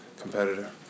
competitor